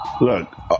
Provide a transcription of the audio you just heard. look